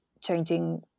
changing